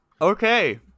Okay